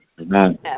amen